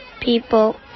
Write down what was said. people